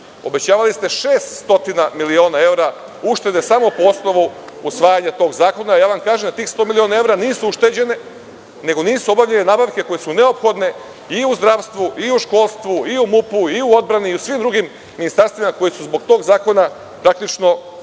Obećavali ste 600 miliona evra uštede samo po osnovu usvajanja tog zakona. Ja vam kažem da tih 100 miliona evra nisu ušteđene, nego nisu obavljene nabavke koje su neophodne i u zdravstvu i u školstvu i u MUP i u odbrani i u svim drugim ministarstvima, koji su zbog tog zakona praktično